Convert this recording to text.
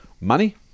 money